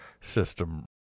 system